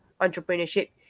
entrepreneurship